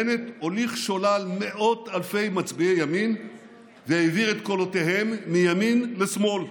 בנט הוליך שולל מאות אלפי מצביעי ימין והעביר את קולותיהם מימין לשמאל.